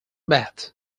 bath